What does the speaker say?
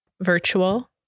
virtual